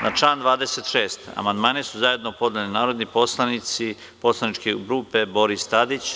Na član 26. amandmane su zajedno podneli narodni poslanici poslaničke grupe Boris Tadić.